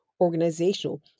organizational